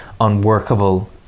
Unworkable